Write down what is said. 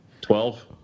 twelve